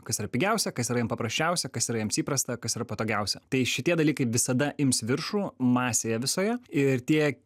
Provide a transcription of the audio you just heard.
kas pigiausia kas yra jiem paprasčiausia kas yra jiems įprasta kas yra patogiausia tai šitie dalykai visada ims viršų masėje visoje ir tie